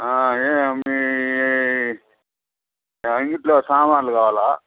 ఎం మీ అంగడిలో సామాన్లు కావాలా